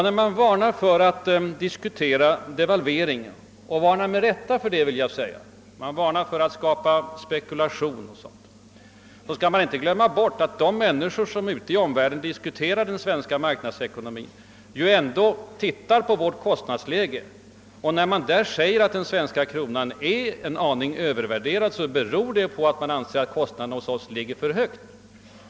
När man varnar, med rätta medger jag, för att prata om devalvering och när man varnar för att föranleda spekulationer, skall man inte glömma bort att de som i omvärlden diskuterar den svenska marknadsekonomin är medvetna om vårt kostnadsläge. Då de menar att den svenska kronan är övervärderad beror det på att de anser att kostnaderna hos oss ligger för högt.